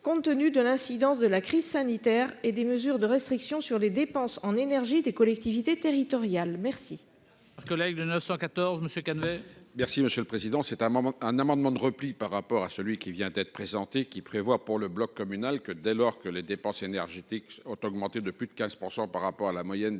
compte tenu de l'incidence de la crise sanitaire et des mesures de restrictions sur les dépenses en énergie des collectivités territoriales.